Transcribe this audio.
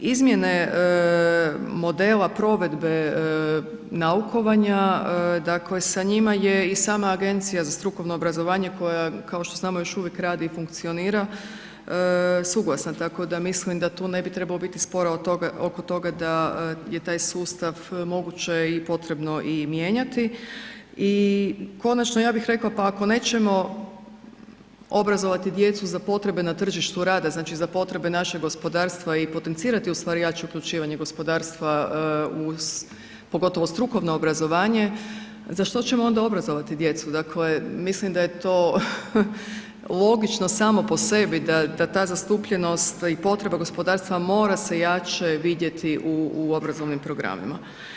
Izmjene modela provedbe naukovanja dakle, sa njima je i sama Agencija za strukovno obrazovanje koja kao što znamo, još uvijek radi i funkcionira, suglasna tako da mislim da tu ne bi trebalo biti spora oko toga da je taj sustav moguće i potrebno i mijenjati i konačno ja bih rekla, pa ako nećemo obrazovati djecu za potrebe na tržištu rada, znači za potrebe našeg gospodarstva i potencirati ustvari jače uključivanje gospodarstva pogotovo u strukovno obrazovanje, za što ćemo onda obrazovati djecu, dakle mislim da je to logično samo po sebi da ta zastupljenost i potreba gospodarstva mora se jače vidjeti u obrazovnim programima.